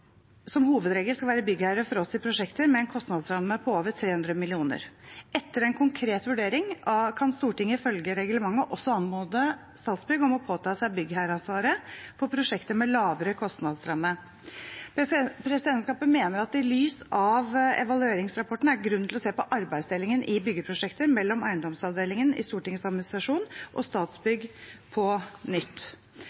som hovedregel skal være byggherre for oss i prosjekter med en kostnadsramme på over 300 mill. kr. Etter en konkret vurdering kan Stortinget ifølge reglementet også anmode Statsbygg om å påta seg byggherreansvaret for prosjekter med lavere kostnadsramme. Presidentskapet mener at det i lys av evalueringsrapporten er grunn til å se på arbeidsdelingen i byggeprosjekter mellom eiendomsavdelingen i Stortingets administrasjon og